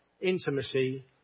intimacy